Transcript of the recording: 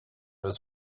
his